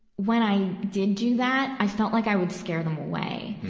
when i did do that, i felt like i would scare them away.